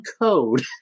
code